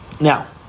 now